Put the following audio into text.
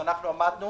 שעמדנו